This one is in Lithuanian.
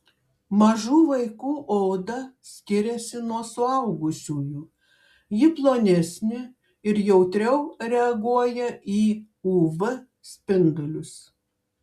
mažų vaikų oda skiriasi nuo suaugusiųjų ji plonesnė ir jautriau reaguoja į uv spindulius